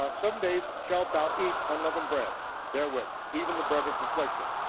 ah seven days, shalt thou eat unleavened bread therewith. even the bread of affliction,